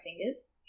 fingers